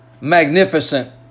magnificent